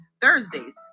Thursdays